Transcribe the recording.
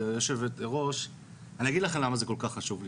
ואני אגיד לך למה זה כל כך חשוב לי,